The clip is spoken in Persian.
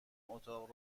اتاق